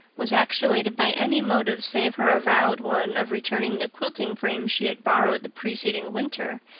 was actuated by any motive save her avowed one of returning the quilting frames she had borrowed the preceding winter,